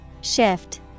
Shift